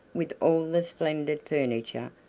with all the splendid furniture,